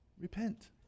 repent